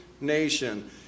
nation